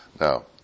Now